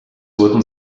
wurden